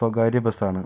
സ്വകാര്യ ബസ് ആണ്